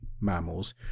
mammals